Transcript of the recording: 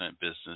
business